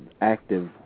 active